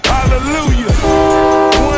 Hallelujah